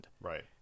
Right